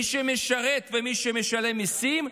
מי שמשרת ומי שמשלם מיסים,